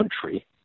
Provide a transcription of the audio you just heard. country